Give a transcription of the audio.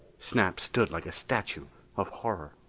snap stood like a statue of horror.